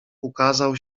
ukazał